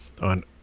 on